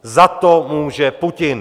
Za to může Putin!